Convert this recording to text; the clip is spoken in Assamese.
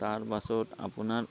তাৰপাছত আপোনাৰ